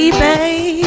baby